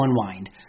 unwind